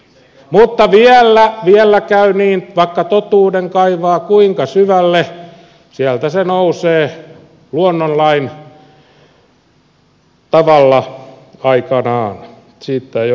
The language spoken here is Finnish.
mutta vielä käy niin että vaikka totuuden kaivaa kuinka syvälle sieltä se nousee luonnonlain tavalla aikanaan siitä ei ole epäilystäkään